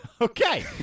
Okay